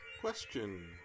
Question